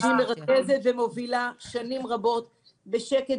היא מרכזת ומובילה שנים רבות בשקט,